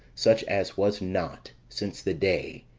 such as was not since the day,